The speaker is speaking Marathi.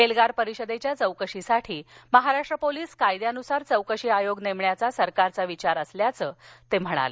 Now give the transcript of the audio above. एल्गार परिषदेच्या चौकशीसाठी महाराष्ट्र पोलिस कायद्यानुसार चौकशी आयोग नेमण्याचा सरकारचा विचार असल्याचं ते म्हणाले